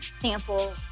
sample